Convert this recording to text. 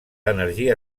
energia